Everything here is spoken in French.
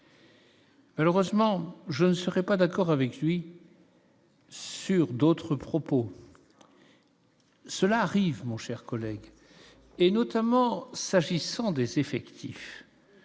Malheureusement, je ne serai pas d'accord avec lui sur d'autres propos, cela arrive, mon cher collègue, et notamment s'agissant des effectifs